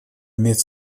иметь